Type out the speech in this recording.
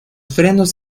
frenos